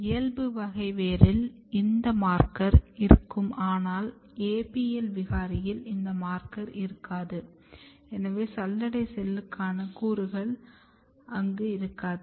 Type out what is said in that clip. இயல்பு வகை வேரில் இந்த மார்க்கர் இருக்கும் ஆனால் APL விகாரியில் இந்த மார்க்கர் இருக்காது எனவே சல்லடை செல்லுக்கான கூறுகள் அங்கு இருக்காது